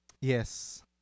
Yes